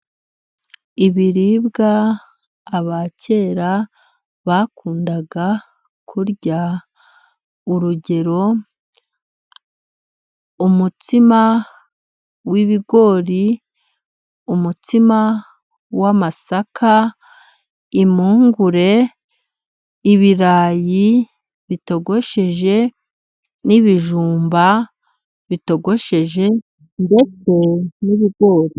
Ibiribwa abakera bakunda kurya urugero, umutsima w'ibigori, umutsima w'amasaka, impungure, ibirayi bitogosheje n'ibijumba bitogosheje ndetse ni ibigori.